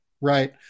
right